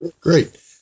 Great